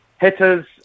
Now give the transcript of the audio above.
Hitters